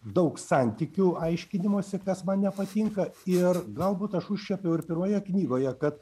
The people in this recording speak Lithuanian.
daug santykių aiškinimosi kas man nepatinka ir galbūt aš užčiuopiau ir pirmoje knygoje kad